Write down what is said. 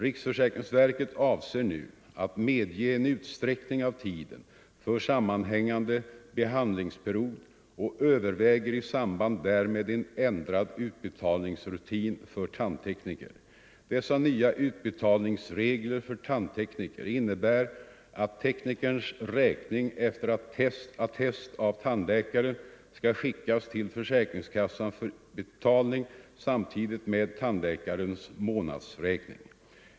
Riksförsäkringsverket avser nu att medge en utsträckning av tiden för sammanhängande behandlingsperiod och överväger i samband därmed en ändrad utbetalningsrutin för tandtekniker. Dessa nya utbetalningsregler för tandtekniker innebär att teknikerns räkning efter attest av tandläkaren skall skickas till försäkringskassan för betalning samtidigt med tandläkarens månadsräkning.